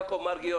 יעקב מרגי,